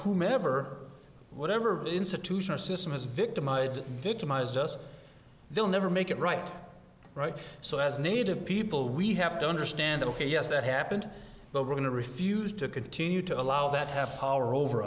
whomever or whatever institutional system is victimized victimized just they'll never make it right right so as native people we have to understand ok yes that happened but we're going to refuse to continue to allow that have power over